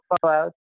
Fallout